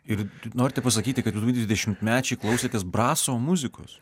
ir norite pasakyti kad dvidešimtmečiai klausėtės braso muzikos